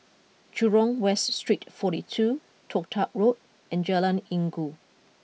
Jurong West Street forty two Toh Tuck Road and Jalan Inggu